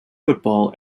football